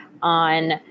on